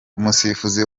umusifuzi